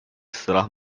setelah